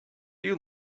you